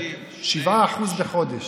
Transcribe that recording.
7% בחודש.